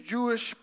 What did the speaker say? Jewish